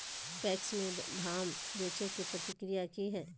PACS में धाम बेचे के प्रक्रिया की हय?